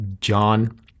John